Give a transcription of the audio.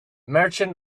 merchant